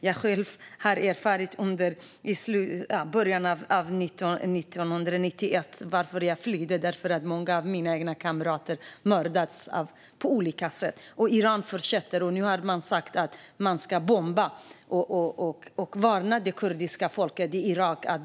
Jag själv erfor detta i början av 1991 - anledningen till att jag flydde var att många av mina egna kamrater mördats på olika sätt. Iran fortsätter med detta. Nu har man sagt att man ska bomba. Man har varnat det kurdiska folket i Irak.